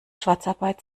schwarzarbeit